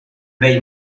bell